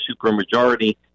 supermajority